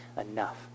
enough